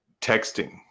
texting